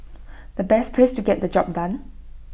the best place to get the job done